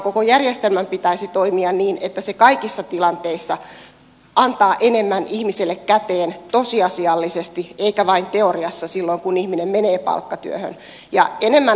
koko järjestelmän pitäisi toimia niin että se kaikissa tilanteissa antaa enemmän ihmiselle käteen tosiasiallisesti eikä vain teoriassa silloin kun ihminen menee palkkatyöhön